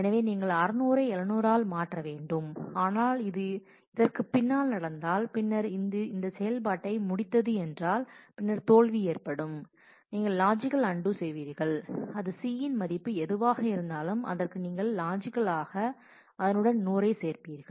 எனவே நீங்கள் 600 ஐ 700 ஆல் மாற்ற வேண்டும் ஆனால் இது இதற்குப் பின்னால் நடந்தால் பின்னர் இது இந்த செயல்பாட்டை முடித்தது என்றாள் பின்னர் தோல்வி ஏற்படும் நீங்கள் லாஜிக்கல் அன்டூ செய்வீர்கள் அது C இன் மதிப்பு எதுவாக இருந்தாலும் அதற்கு நீங்கள் லாஜிக்கலாக அதனுடன் 100 ஐ சேர்ப்பீர்கள்